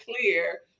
clear